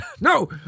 no